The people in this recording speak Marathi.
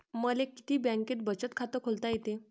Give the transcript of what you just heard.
मले किती बँकेत बचत खात खोलता येते?